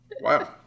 Wow